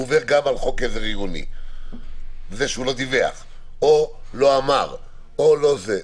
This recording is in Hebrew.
גם עובר על חוק עזר עירוני בכך שהוא לא דיווח או לא אמר או משהו אחר.